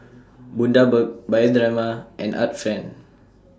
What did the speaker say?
Bundaberg Bioderma and Art Friend